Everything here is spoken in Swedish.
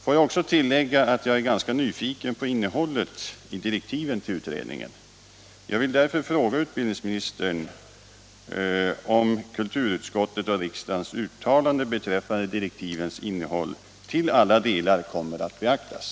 Låt mig också tillägga att jag är ganska nyfiken på innehållet i direktiven till utredningen. Jag vill därför fråga utbildningsministern om kulturutskottets och riksdagens uttalande beträffande direktivens innehåll till alla delar kommer att beaktas.